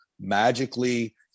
magically